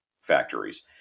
factories